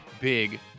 big